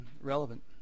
relevant